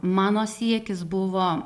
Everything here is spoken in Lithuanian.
mano siekis buvo